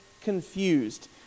confused